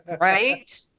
right